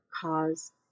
cause